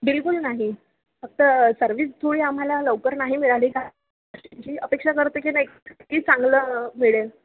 बिलकुल नाही फक्त सर्विस थोडी आम्हाला लवकर नाही मिळाली का जी अपेक्षा करते की नाही की चांगलं मिळेल